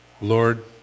Lord